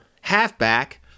halfback